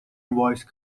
voice